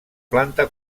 planta